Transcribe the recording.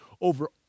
over